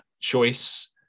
choice